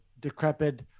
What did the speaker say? decrepit